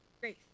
Grace